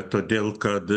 todėl kad